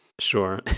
Sure